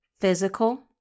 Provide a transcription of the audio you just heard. physical